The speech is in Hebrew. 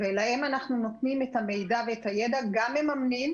להם אנחנו נותנים את המידע וידע וגם מממנים